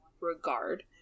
regard